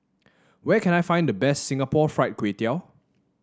where can I find the best Singapore Fried Kway Tiao